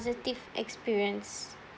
positive experience